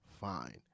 Fine